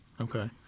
Okay